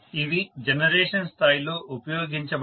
ఇవి జనరేషన్ స్థాయిలో ఉపయోగించబడవు